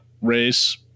race